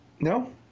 No